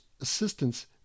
assistance